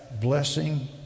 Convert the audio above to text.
blessing